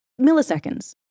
milliseconds